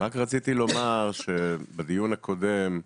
רק רציתי לומר שבדיון הקודם,